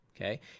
Okay